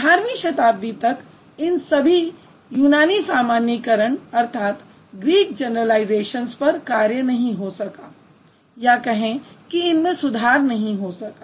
18वीं शताब्दी तक इन सभी यूनानी सामान्यीकरण पर कार्य नहीं हो सका या कहें कि इनमें सुधार नहीं हो सका